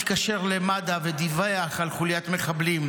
התקשר למד"א ודיווח על חוליית מחבלים,